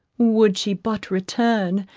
would she but return,